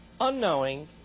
unknowing